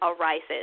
arises